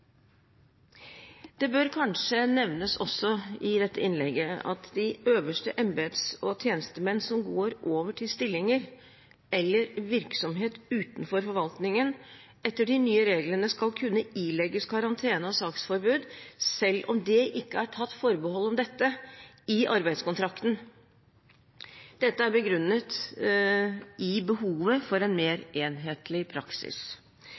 Det bør kanskje nevnes også i dette innlegget at de øverste embets- og tjenestemenn som går over til stillinger eller virksomhet utenfor forvaltningen, etter de nye reglene skal kunne ilegges karantene og saksforbud selv om det ikke er tatt forbehold om dette i arbeidskontrakten. Dette er begrunnet i behovet for en mer enhetlig praksis.